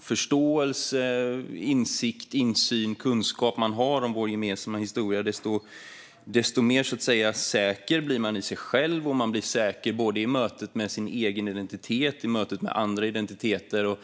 förståelse, insikt, insyn och kunskap människor har om vår gemensamma historia, desto säkrare blir de nämligen i sig själva. De blir säkra både i mötet med sina egna identiteter och i mötet med andra identiteter.